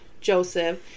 Joseph